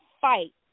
fight